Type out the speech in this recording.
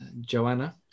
Joanna